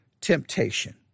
temptation